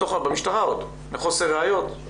במשטרה מחוסר ראיות,